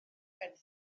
benthyg